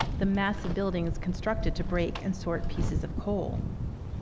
the massive buildings constructed to break and sort pieces of coal.